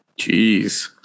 Jeez